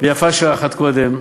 ויפה שעה אחת קודם,